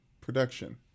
production